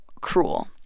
cruel